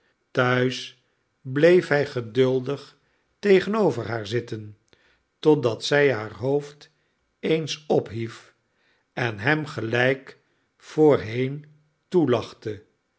thuis bleef hij geduldig tegenover haar zitten totdat zij haar hoofd eens ophief en hem gelijk voorheen